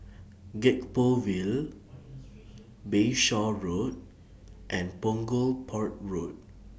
Gek Poh Ville Bayshore Road and Punggol Port Road